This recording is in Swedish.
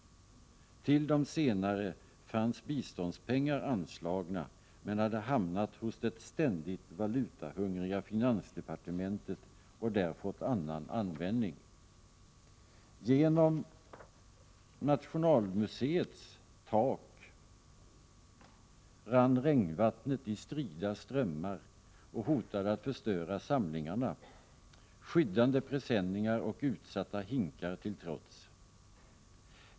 Till de senare fanns biståndspengar anslagna, men pengarna hade hamnat hos det ständigt valutahungriga finansdepartementet och där fått annan användning. Genom nationalmuseets tak rann regnvattnet i strida strömmar och hotade att förstöra samlingarna, skyddande presenningar och utsatta hinkar till trots.